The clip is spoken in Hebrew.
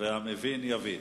והמבין יבין.